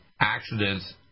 accidents